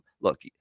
look